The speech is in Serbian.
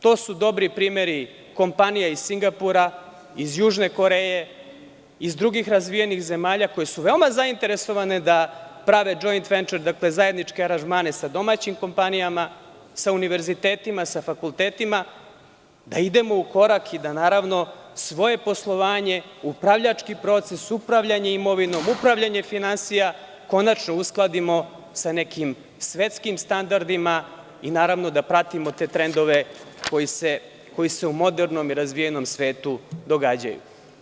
To su dobri primeri kompanija iz Singapura, Južne Koreje, iz drugih razvijenih zemalja koje su veoma zainteresovane da prave zajedničke aranžmane sa domaćim kompanijama, sa univerzitetima, sa fakultetima, da idemo u korak i da svoje poslovanje, upravljački proces, upravljanje imovinom, upravljanje finansijama konačno uskladimo sa nekim svetskim standardima i da pratimo te trendove koji se u modernom i razvijenom svetu događaju.